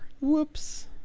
whoops